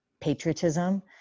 patriotism